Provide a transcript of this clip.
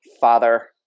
father